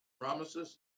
promises